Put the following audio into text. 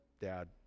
Dad